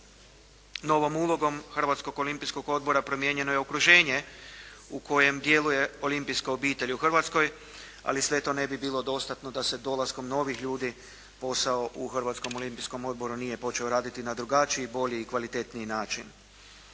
Novom ulogom Hrvatskog olimpijskog odbora promijenjeno je okruženje u kojem djeluje olimpijska obitelj u Hrvatskoj, ali sve to ne bi bilo dostatno da se dolaskom novih ljudi posao u Hrvatskom olimpijskom odboru nije počeo raditi na drugačiji, bolji i kvalitetniji način.